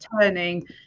turning